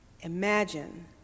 Imagine